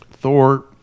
Thor